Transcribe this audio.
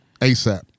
ASAP